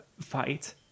Fight